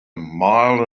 mile